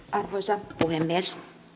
arvoisa puhemies